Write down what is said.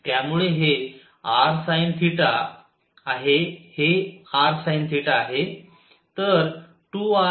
त्यामुळे हे rsinθ आहे हे rsinθआहे